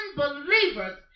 unbelievers